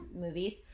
movies